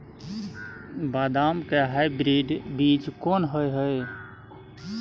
बदाम के हाइब्रिड बीज कोन होय है?